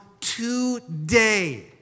today